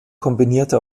kombinierte